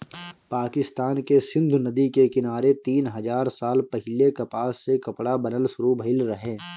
पाकिस्तान के सिंधु नदी के किनारे तीन हजार साल पहिले कपास से कपड़ा बनल शुरू भइल रहे